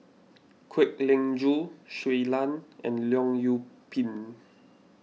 Kwek Leng Joo Shui Lan and Leong Yoon Pin